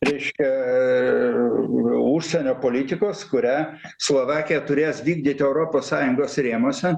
reiškia užsienio politikos kurią slovakija turės vykdyt europos sąjungos rėmuose